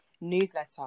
newsletter